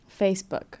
Facebook